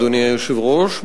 אדוני היושב-ראש,